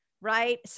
right